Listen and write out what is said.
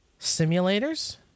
simulators